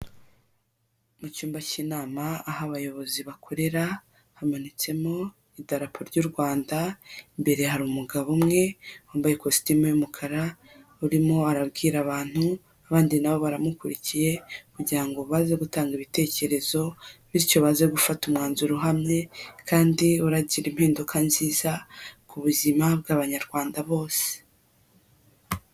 Mu cyumba cy'inama aho abayobozi bakorera hamanitsemo idarapo ry'u Rwanda, imbere hari umugabo umwe wambaye kositimu y'umukara urimo arabwira abantu, abandi nabo baramukurikiye kugira ngo baze gutanga ibitekerezo, bityo baze gufata umwanzuro uhamye kandi uragira impinduka nziza ku buzima bw'abanyarwanda bose.